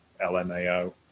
LMAO